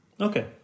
okay